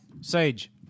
Sage